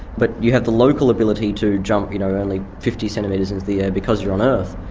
but you have the local ability to jump, you know, only fifty centimetres into the air because you're on earth.